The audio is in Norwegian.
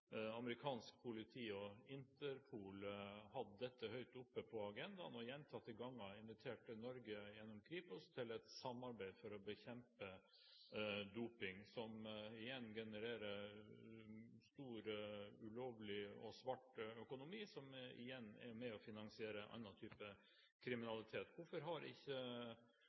amerikansk politi og Interpol hatt dette høyt oppe på agendaen og gjentatte ganger invitert Norge, gjennom Kripos, til et samarbeid for å bekjempe doping som genererer en stor ulovlig og svart økonomi, som igjen er med og finansierer annen type kriminalitet. Hvorfor har ikke